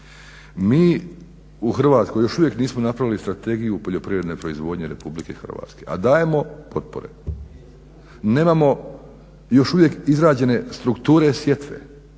Mi u Hrvatskoj još uvijek nismo napravili Strategiju poljoprivredne proizvodnje Republike Hrvatske, a dajemo potpore. Nemamo još uvijek izrađene strukture sjetve.